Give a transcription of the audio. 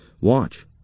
Watch